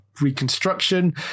Reconstruction